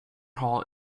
hall